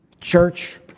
Church